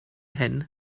hyn